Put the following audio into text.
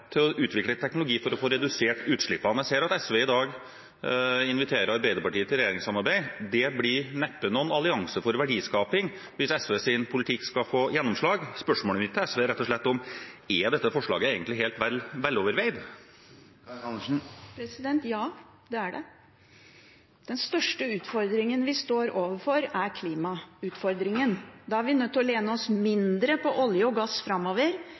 til å utvikle teknologi for å få redusert utslippene. Jeg ser at SV i dag inviterer Arbeiderpartiet til regjeringssamarbeid. Det blir neppe noen allianse for verdiskaping hvis SVs politikk skal få gjennomslag. Spørsmålet mitt til SV er rett slett: Er dette forslaget egentlig helt vel overveid? Ja, det er det. Den største utfordringen vi står overfor, er klimautfordringen. Da er vi nødt til å lene oss mindre på olje og gass framover,